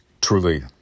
truly